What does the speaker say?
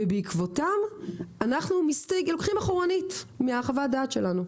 ובעקבותיהם אנחנו לוקחים אחורה מחוות הדעת שלנו.